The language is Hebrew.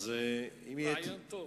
רעיון טוב.